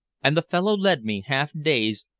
and the fellow led me, half-dazed,